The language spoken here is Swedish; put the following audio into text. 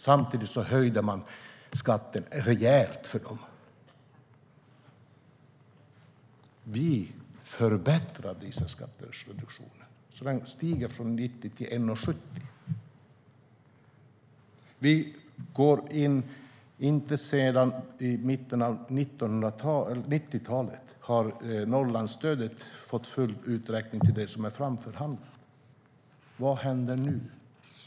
Samtidigt höjde man skatten rejält för dem. Vi förbättrar dieselskattereduktionen så att den höjs från 90 öre till 1,70. Inte sedan 90-talet har Norrlandsstödet fått full uträkning till det som är framförhandlat. Vad händer nu?